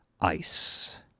ice